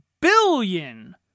billion